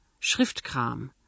Schriftkram